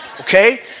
Okay